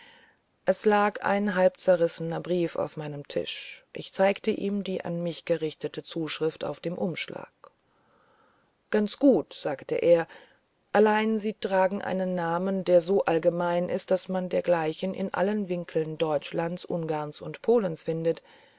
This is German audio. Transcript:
es lag ein halbzerrissener brief auf meinem tisch ich zeigte ihm die an mich gerichtete zuschrift auf dem umschlag ganz gut sagte er allein sie tragen einen namen der so allgemein ist daß man dergleichen in allen winkeln deutschlands ungarns und polens findet